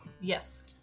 Yes